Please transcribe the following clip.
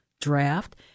draft